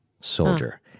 soldier